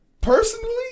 personally